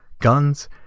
guns